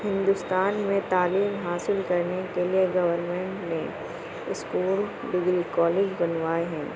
ہندوستان میں تعلیم حاصل کرنے کے لیے گورمنٹ نے اسکول ڈگری کالج بنوائے ہیں